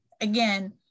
Again